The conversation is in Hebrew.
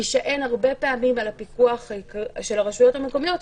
תישען הרבה פעמים על הפיקוח של הרשויות המקומיות,